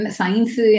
science